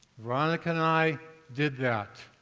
veronica and i did that.